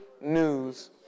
news